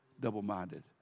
double-minded